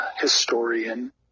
historian